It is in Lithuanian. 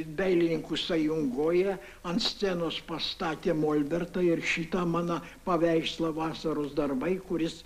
dailininkų sąjungoje ant scenos pastatė molbertą ir šitą mano paveikslą vasaros darbai kuris